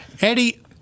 Eddie